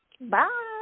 Bye